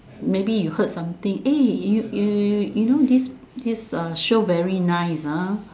maybe you heard something eh you you you know this this uh show very nice ah